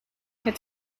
het